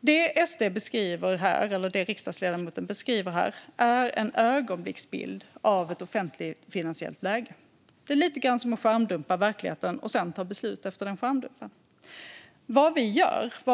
Det SD beskriver här - eller det riksdagsledamoten beskriver här - är en ögonblicksbild av ett offentligfinansiellt läge. Det är lite grann som att skärmdumpa verkligheten och sedan ta beslut efter den skärmdumpen. Vad